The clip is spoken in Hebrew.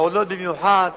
במיוחד האחרונות,